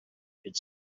could